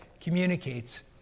communicates